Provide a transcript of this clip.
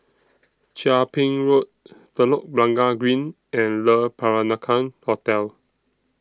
Chia Ping Road Telok Blangah Green and Le Peranakan Hotel